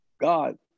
God